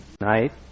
night